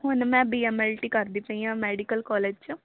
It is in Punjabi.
ਹੁਣ ਮੈਂ ਬੀ ਐਮ ਐਲ ਟੀ ਕਰਦੀ ਪਈ ਹਾਂ ਮੈਡੀਕਲ ਕਾਲਜ 'ਚ